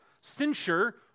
censure